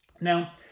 now